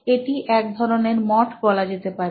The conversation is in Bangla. এটি এক ধরণের মঠ বলা যেতে পারে